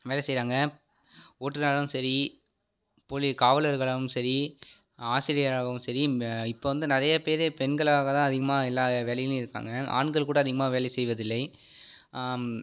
வேலை செய்கிறாங்க ஓட்டுனராவும் சரி போலீ காவலர்களாவும் சரி ஆசிரியராகவும் சரி ம இப்போ வந்து நிறைய பேர் பெண்களாக தான் அதிகமாக எல்லா வேலையிலேயும் இருக்காங்க ஆண்கள் கூட அதிகமாக வேலை செய்வதில்லை